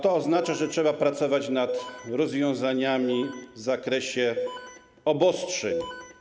To oznacza, że trzeba pracować nad rozwiązaniami w zakresie obostrzeń.